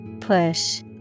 Push